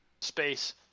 space